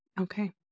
Okay